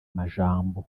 majambo